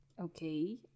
Okay